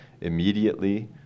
immediately